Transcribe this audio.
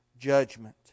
judgment